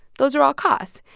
those are all costs.